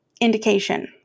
indication